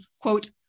quote